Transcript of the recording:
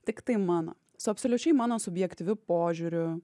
tiktai mano su absoliučiai mano subjektyviu požiūriu